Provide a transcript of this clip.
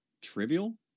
trivial